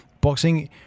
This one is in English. Boxing